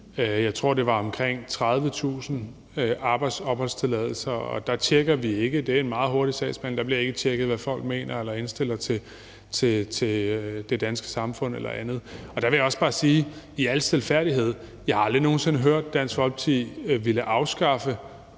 jeg tror, det var omkring 30.000 arbejdsopholdstilladelser, og det er en meget hurtig sagsbehandling; der bliver ikke tjekket, hvad folk mener eller deres indstilling til det danske samfund eller andet. Der vil jeg også bare sige i al stilfærdighed: Jeg har aldrig nogen sinde hørt Dansk Folkeparti ville afskaffe